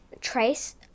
trace